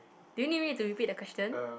do you need me to repeat the question